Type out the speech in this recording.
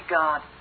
God